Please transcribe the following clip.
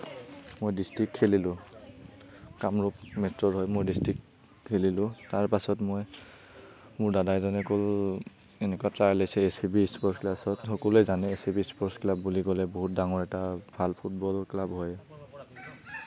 মই ডিষ্ট্ৰিক্ট খেলিলোঁ কামৰূপ মেট্ৰ'ৰ হৈ মই ডিষ্ট্ৰিক্ট খেলিলোঁ তাৰপাছত মই মোৰ দাদা এজনে ক'লে এনেকুৱা ট্ৰাইল হৈছে এচ চি বি স্পৰ্টচ ক্লাবত সকলোৱে জানে S C B sports club বুলি ক'লে যে বহুত ডাঙৰ এটা ভাল ফুটবল ক্লাব হয়